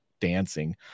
dancing